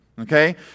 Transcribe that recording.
Okay